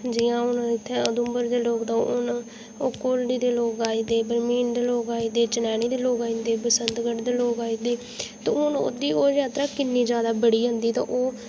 जि''यां हून इत्थें उधमपुर दे लोग कोल्डी दे लोग आई गेदे बरमीन दे लोग आई गेदे चनैनी दे लोग आई गेदे बसंतगढं दे लोग आई गेदे ते हुन ओह्दी ओह् यात्रा किन्नी ज्यादा बड़ी जंदी ते ओह्